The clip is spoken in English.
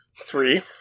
Three